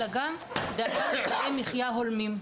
אלא גם דאגה לתנאי מחיה הולמים,